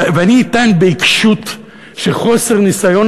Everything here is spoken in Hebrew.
אני אטען בעיקשות שחוסר ניסיון,